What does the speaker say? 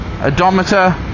odometer